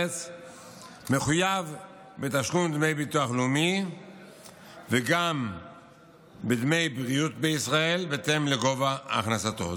מחויב בתשלום דמי ביטוח לאומי וגם בדמי בריאות בישראל בהתאם לגובה הכנסתו,